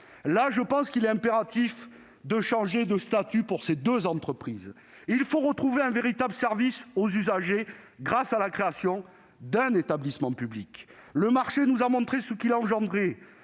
totalement. Il est impératif de changer le statut de ces deux entreprises. Il faut retrouver un véritable service aux usagers, grâce à la création d'un établissement public. Le marché nous a montré ce qu'il engendrait